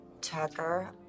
Tucker